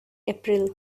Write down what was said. april